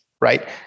right